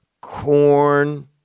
Corn